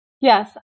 Yes